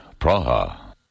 Praha